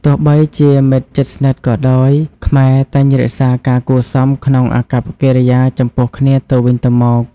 ទោះបីជាមិត្តជិតស្និទ្ធក៏ដោយ ខ្មែរតែងរក្សាការគួរសមក្នុងអាកប្បកិរិយាចំពោះគ្នាទៅវិញទៅមក។